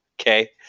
Okay